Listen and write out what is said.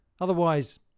Otherwise